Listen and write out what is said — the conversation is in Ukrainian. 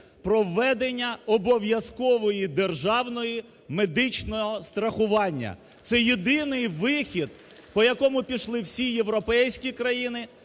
про введення обов'язкового державного медичного страхування. Це єдиний вихід, по якому пішли всі європейські країни